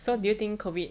mmhmm